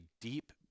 deep